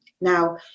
now